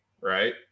right